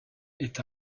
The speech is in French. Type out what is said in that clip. est